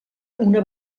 una